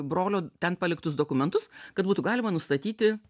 brolio ten paliktus dokumentus kad būtų galima nustatyti